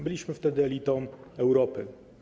Byliśmy wtedy elitą Europy.